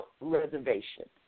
reservation